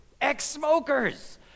Ex-smokers